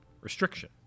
Restriction